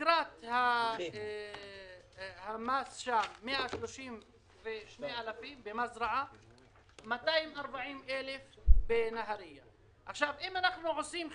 תקרת המס במזרעה היא 132,000 ובנהרייה 240,000. אם אנחנו עושים חישוב,